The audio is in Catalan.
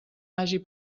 hagi